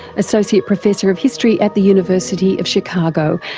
associate professor of history at the university of chicago,